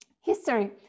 History